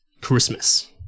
Christmas